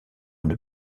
une